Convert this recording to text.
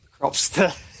Cropster